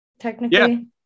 technically